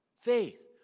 faith